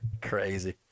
Crazy